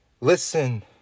Listen